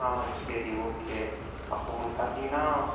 ஆ சரி ஓகே அப்போ உங்களுக்கு பார்த்தீங்கன்னா